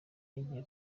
yagiye